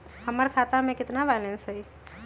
हमर खाता में केतना बैलेंस हई?